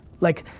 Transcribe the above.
like,